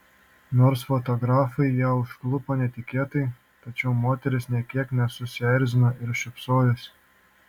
nors fotografai ją užklupo netikėtai tačiau moteris nė kiek nesusierzino ir šypsojosi